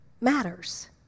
matters